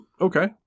Okay